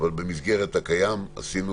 אבל במסגרת הקיים עשינו,